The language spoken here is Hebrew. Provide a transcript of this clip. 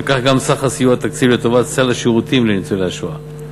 וכך גם סך הסיוע לתקציב לטובת סל השירותים לניצולי השואה.